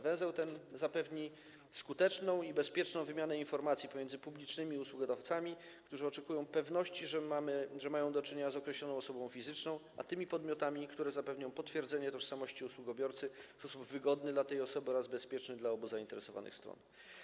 Węzeł ten zapewni skuteczną i bezpieczną wymianę informacji pomiędzy publicznymi usługodawcami, którzy oczekują pewności, że mają do czynienia z określoną osobą fizyczną, a tymi podmiotami, które zapewnią potwierdzenie tożsamości usługobiorcy w sposób wygodny dla tej osoby oraz bezpieczny dla obu zainteresowanych stron.